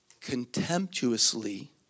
contemptuously